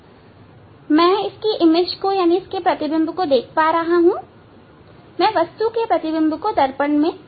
मैं प्रतिबिंब देख सकता हूं मैं वस्तु के प्रतिबिंब को दर्पण में देख सकता हूं